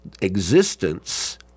Existence